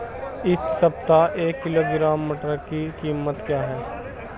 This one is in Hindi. इस सप्ताह एक किलोग्राम मटर की कीमत क्या है?